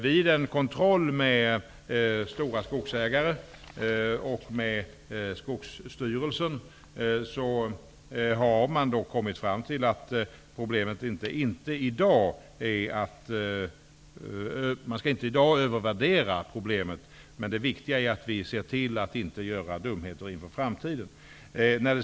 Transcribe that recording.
Vid en kontroll med stora skogsägare och med Skogsstyrelsen har man kommit fram till att problemet inte i dag skall övervärderas. Det viktiga är att vi ser till att inte göra dumheter inför framtiden.